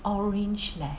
orange leh